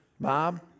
Bob